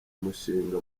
umushinga